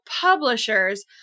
publishers